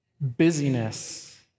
Busyness